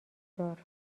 دار